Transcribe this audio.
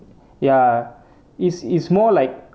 ya is is more like